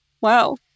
Wow